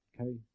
Okay